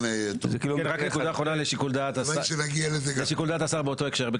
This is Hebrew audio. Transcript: שאלה לשיקול דעת השר באותו הקשר.